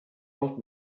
old